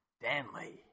Danley